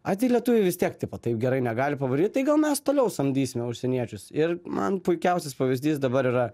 ai tai lietuviai vis tiek tipo taip gerai negali pavaryt tai gal mes toliau samdysime užsieniečius ir man puikiausias pavyzdys dabar yra